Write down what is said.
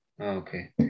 Okay